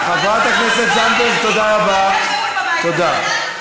הכניסו לנו בסדר-יום העמוס גם החלטה של ועדת האתיקה,